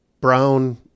brown